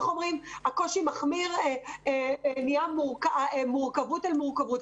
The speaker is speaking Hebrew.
יש מורכבות על מורכבות.